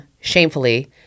shamefully